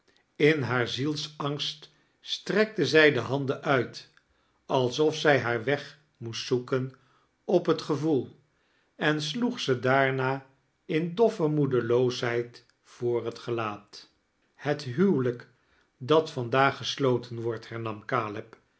in haar zielsangst strekte zij de handen uit alsof zij haar weg moest zoeken op het gevoel en sloeg ze daarna in doffe moedeloosheid voor het gelaat het huwelijk dat vandaag gesloten wordt hernam